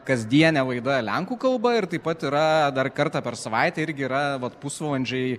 kasdienė laida lenkų kalba ir taip pat yra dar kartą per savaitę irgi yra vat pusvalandžiai